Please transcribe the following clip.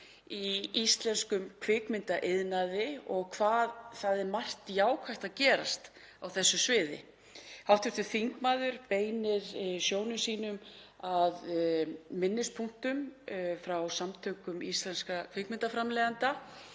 í íslenskum kvikmyndaiðnaði og hvað það er margt jákvætt að gerast á þessu sviði. Hv. þingmaður beinir sjónum sínum að minnispunktum frá Samtökum íslenskra kvikmyndaframleiðenda